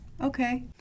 Okay